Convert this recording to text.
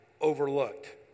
overlooked